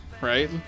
right